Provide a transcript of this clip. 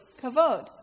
kavod